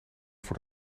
voor